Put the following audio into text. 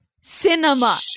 Cinema